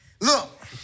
Look